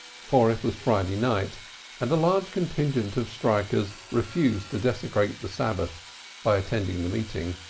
for it was friday night and a large contingent of strikers refused to desecrate the sabbath by attending the meeting.